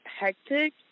hectic